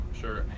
sure